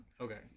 okay